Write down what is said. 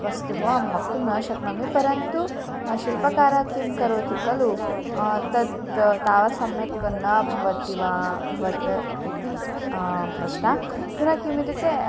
वस्तु अहं वक्तुं न शक्नोमि परन्तु शिल्पकारः किं करोति खलु तद् तावत् सम्यक् न भवति वा भवति वा इति प्रश्नः पुनः किमित्युक्ते